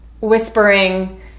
whispering